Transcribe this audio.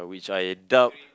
which I doubt